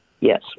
Yes